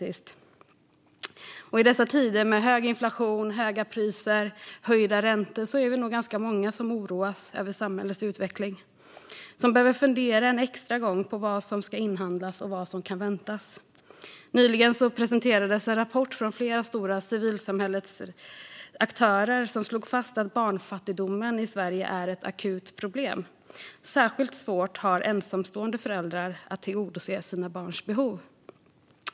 I dessa tider med hög inflation, höga priser och höjda räntor är vi nog många som oroas över samhällets utveckling och som behöver fundera en extra gång på vad som ska inhandlas och vad som kan vänta. Nyligen presenterades en rapport från flera stora aktörer inom civilsamhället som slog fast att barnfattigdomen i Sverige är ett akut problem. Särskilt svårt har ensamstående föräldrar att tillgodose sina barns behov.